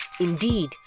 Indeed